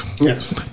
Yes